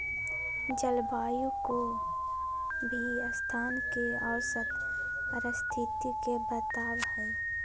जलवायु कोय भी स्थान के औसत परिस्थिति के बताव हई